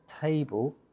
table